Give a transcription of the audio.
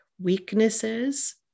weaknesses